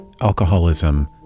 alcoholism